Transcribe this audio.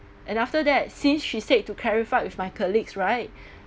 and after that since she said to clarified with my colleagues right